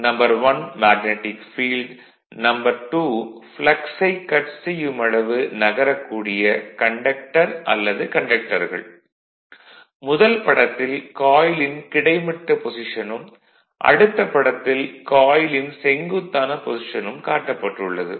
1 magnetic field 2 flux ஐ cut செய்யுமளவு நகரக் கூடிய கண்டக்டர்கண்டக்டர்கள் முதல் படத்தில் காயிலின் கிடைமட்ட பொஷிசனும் அடுத்த படத்தில் காயிலின் செங்குத்தான பொஷிசனும் காட்டப்பட்டு உள்ளது